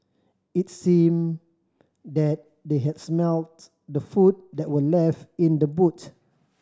it seemed that they had smelt the food that were left in the boot